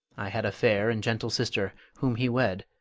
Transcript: i had a fair and gentle sister, whom he wed,